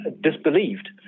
disbelieved